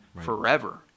forever